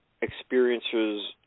experiences